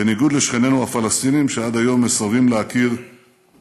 בניגוד לשכנינו הפלסטינים, שעד